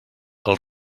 els